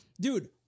dude